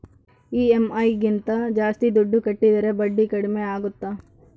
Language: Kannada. ಇ.ಎಮ್.ಐ ಗಿಂತ ಜಾಸ್ತಿ ದುಡ್ಡು ಕಟ್ಟಿದರೆ ಬಡ್ಡಿ ಕಡಿಮೆ ಆಗುತ್ತಾ?